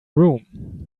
room